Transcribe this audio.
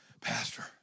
Pastor